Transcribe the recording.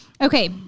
Okay